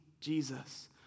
Jesus